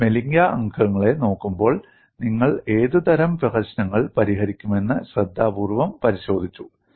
നിങ്ങൾ മെലിഞ്ഞ അംഗങ്ങളെ നോക്കുമ്പോൾ നിങ്ങൾ ഏതുതരം പ്രശ്നങ്ങൾ പരിഹരിക്കുമെന്ന് ശ്രദ്ധാപൂർവ്വം പരിശോധിച്ചു